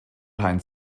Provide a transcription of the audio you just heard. heinz